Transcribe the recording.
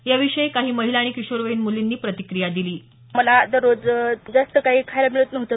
याविषयी काही महिला आणि किशोरवयीन मुलींनी प्रतिक्रीया दिली मला दररोज जास्त काही खायला मिळत नव्हतं